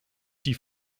die